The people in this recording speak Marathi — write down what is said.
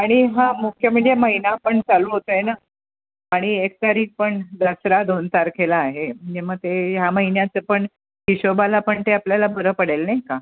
आणि हा मुख्य म्हणजे महिना पण चालू होतो आहे ना आणि एक तारीख पण दसरा दोन तारखेला आहे म्हणजे मग ते ह्या महिन्याचं पण हिशोबाला पण ते आपल्याला बरं पडेल नाही का